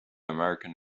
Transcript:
american